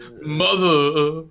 Mother